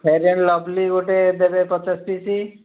ଫେର୍ and Lovely ଗୋଟେ ଦେବେ ପଚାଶ ପିସ୍